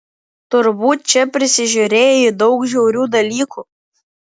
turbūt čia prisižiūrėjai daug žiaurių dalykų